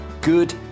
good